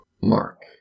Mark